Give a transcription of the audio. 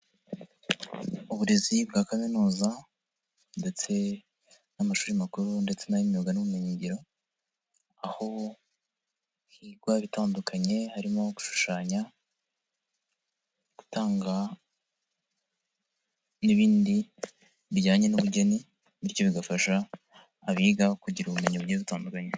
Uburezi bwa kaminuza ndetse n'amashuri makuru ndetse n'ay'imyuga n'ubumenyingiro aho higwa bitandukanye harimo gushushanya gutanga n'ibindi bijyanye n'ubugeni, bityo bigafasha abiga kugira ubumenyi bugiye butandukanye.